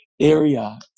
area